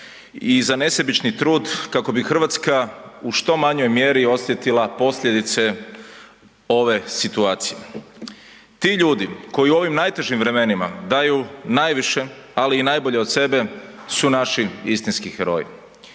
i za nesebični trud kako bi RH u što manjoj mjeri osjetila posljedice ove situacije. Ti ljudi koji u ovim najtežim vremenima daju najviše, ali i najbolje od sebe su naši istinski heroji.